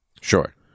Sure